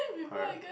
correct